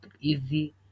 easy